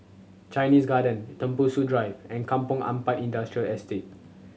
Chinese Garden Tembusu Drive and Kampong Ampat Industrial Estate